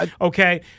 Okay